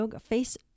face